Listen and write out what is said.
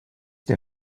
der